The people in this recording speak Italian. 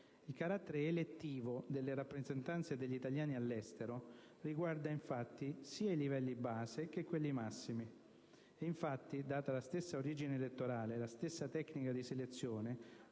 Il carattere elettivo delle rappresentanze degli italiani all'estero riguarda infatti sia i livelli base che quelli massimi. Ed infatti, data la stessa origine elettorale e la stessa tecnica di selezione,